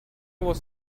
was